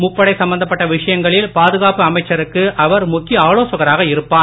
முப்படை சம்பந்தப்பட்ட விஷயங்களில் பாதுகாப்பு அமைச்சருக்கு அவர் முக்கிய ஆலோசகராக இருப்பார்